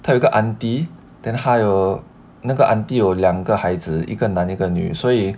他有一个 aunty then 他有那个 aunty 有两个孩子一个男一个女所以